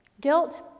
guilt